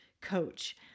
coach